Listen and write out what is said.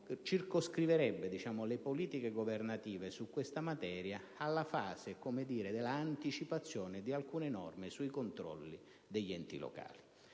che circoscriverebbe le politiche governative sulla materia alla fase dell'anticipazione di alcune norme sui controlli degli enti locali.